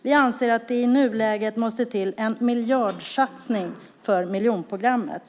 Vi anser att det i nuläget måste till en miljardsatsning för miljonprogrammet.